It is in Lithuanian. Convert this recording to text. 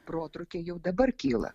protrūkiai jau dabar kyla